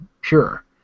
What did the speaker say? pure